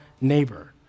neighbor